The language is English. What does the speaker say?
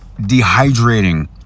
dehydrating